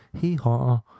hee-haw